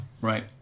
Right